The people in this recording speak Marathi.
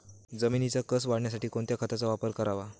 जमिनीचा कसं वाढवण्यासाठी कोणत्या खताचा वापर करावा?